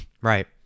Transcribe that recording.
Right